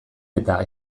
eta